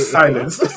silence